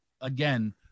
again